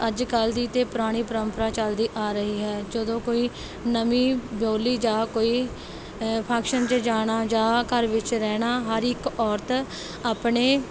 ਅੱਜ ਕੱਲ੍ਹ ਦੀ ਅਤੇ ਪੁਰਾਣੀ ਪਰੰਪਰਾ ਚੱਲਦੀ ਆ ਰਹੀ ਹੈ ਜਦੋਂ ਕੋਈ ਨਵੀਂ ਬੋਲੀ ਜਾਂ ਕੋਈ ਫੰਕਸ਼ਨ 'ਚ ਜਾਣਾ ਜਾਂ ਘਰ ਵਿੱਚ ਰਹਿਣਾ ਹਰ ਇੱਕ ਔਰਤ ਆਪਣੇ